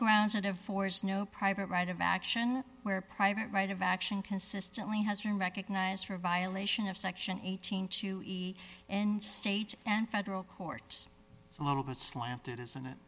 grounds it of force no private right of action where private right of action consistently has been recognized for a violation of section eighteen to eat and state and federal courts a little bit slanted isn't it